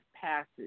passage